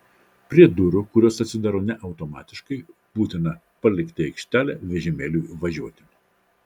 prie durų kurios atsidaro ne automatiškai būtina palikti aikštelę vežimėliui važiuoti